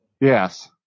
Yes